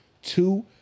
two